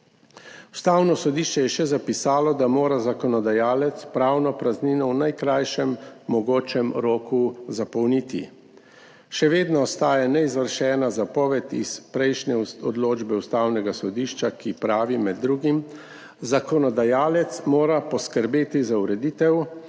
Ustavno sodišče je še zapisalo, da mora zakonodajalec pravno praznino zapolniti v najkrajšem mogočem roku. Še vedno ostaja neizvršena zapoved iz prejšnje odločbe Ustavnega sodišča, ki med drugim pravi: »Zakonodajalec mora poskrbeti za ureditev,